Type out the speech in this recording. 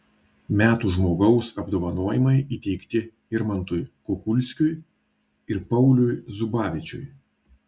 metų žmogaus apdovanojimai įteikti irmantui kukulskiui ir pauliui zubavičiui